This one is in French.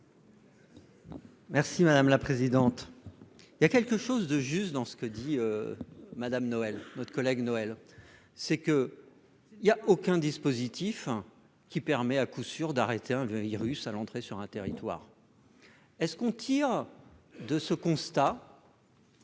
Merci madame la présidente, il y a quelque chose de juste dans ce que dit Madame Noël notre collègue Noël c'est que il y a aucun dispositif qui permet, à coup sûr d'arrêter un virus à l'entrée, sur un territoire est-ce qu'on tire de ce constat.